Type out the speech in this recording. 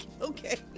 Okay